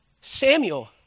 Samuel